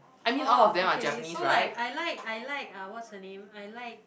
oh okay so like I like I like uh what's her name I like